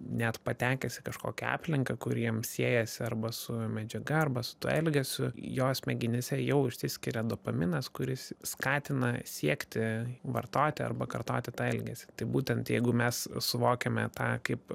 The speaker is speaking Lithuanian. net patekęs į kažkokią aplinką kuri jam siejasi arba su medžiaga arba su tuo elgesiu jo smegenyse jau išsiskiria dopaminas kuris skatina siekti vartoti arba kartoti tą elgesį tai būtent jeigu mes suvokiame tą kaip